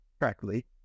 correctly